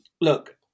Look